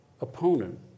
opponent